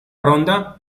ronda